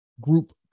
group